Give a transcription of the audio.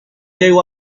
llegó